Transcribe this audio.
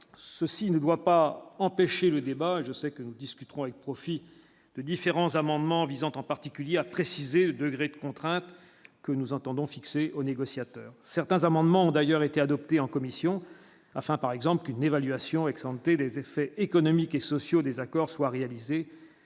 Ceci ne doit pas empêcher le débat, je sais que nous discuterons avec profit de différents amendements visant en particulier à préciser le degré de contrainte que nous entendons fixée aux négociateurs certains amendements ont d'ailleurs été adoptée en commission afin par exemple qu'une évaluation exemptée des effets économiques et sociaux des accords soit réalisés